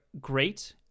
great